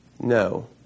No